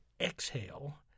exhale